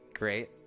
Great